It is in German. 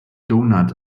donut